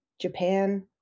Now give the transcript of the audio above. Japan